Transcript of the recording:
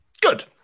Good